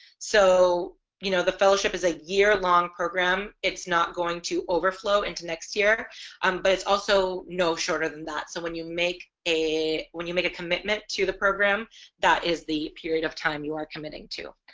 so you know the fellowship is a year-long program it's not going to overflow into next year um but it's also no shorter than that so when you make a when you make a commitment to the program that is the period of time you are committing to.